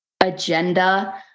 agenda